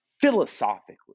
philosophically